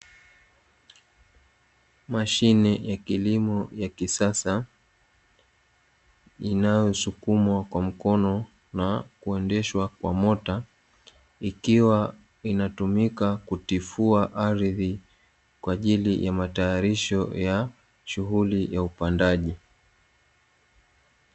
Mashine ya kilimo ya kisasa inayosukumwa kwa mkono na kuendeshwa kwa mota, ikiwa inatumika kutifua ardhi kwa ajili ya matayarisho ya shughuli ya upandaji.